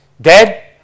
dead